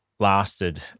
lasted